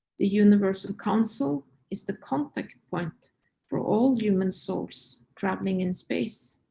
the universal council is the contact point for, all human souls traveling in space,